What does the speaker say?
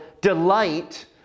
delight